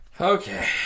Okay